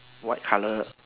white colour